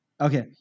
Okay